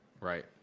right